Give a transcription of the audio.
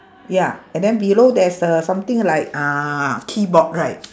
ya and then below there's a something like uh keyboard right